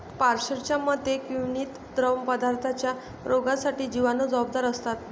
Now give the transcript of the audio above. पाश्चरच्या मते, किण्वित द्रवपदार्थांच्या रोगांसाठी जिवाणू जबाबदार असतात